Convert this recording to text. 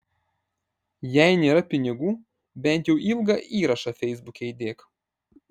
jei nėra pinigų bent jau ilgą įrašą feisbuke įdėk